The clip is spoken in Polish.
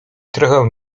trochę